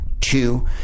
two